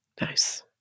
Nice